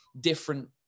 different